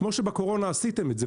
כמו שבקורונה עשיתם את זה.